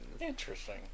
interesting